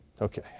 Okay